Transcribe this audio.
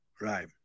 right